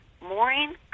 Maureen